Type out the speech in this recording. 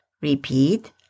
Repeat